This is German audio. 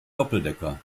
doppeldecker